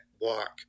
walk